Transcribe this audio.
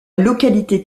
localité